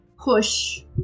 push